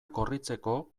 korritzeko